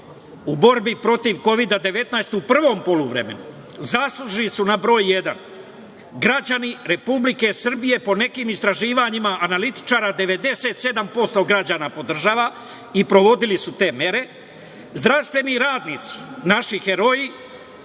u borbi protiv Kovida 19 u prvom poluvremenu zaslužni su: pod broj jedan, građani Republike Srbije, po nekim istraživanjima analitičara 97% građana podržava i provodili su te mere, zdravstveni radnici, naši heroji,